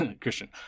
Christian